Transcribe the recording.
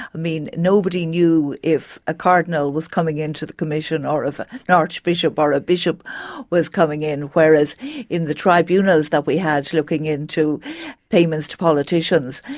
i mean, nobody knew if a cardinal was coming in to the commission or if an archbishop ah or a bishop was coming in, whereas in the tribunals that we had looking into payments to politicians,